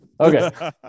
okay